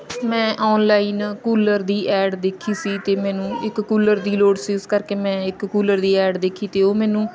ਮੈਂ online cooler ਦੀ ad ਦੇਖੀ ਸੀ ਅਤੇ ਮੈਨੂੰ ਇੱਕ ਕੂਲਰ ਦੀ ਲੋੜ ਸੀ ਇਸ ਕਰਕੇ ਮੈਂ ਇੱਕ ਕੂਲਰ ਦੀ ਐਡ ਦੇਖੀ ਅਤੇ ਉਹ ਮੈਨੂੰ